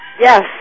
Yes